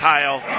Kyle